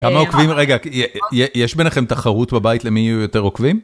כמה עוקבים? רגע, יש ביניכם תחרות בבית למי יהיו יותר עוקבים?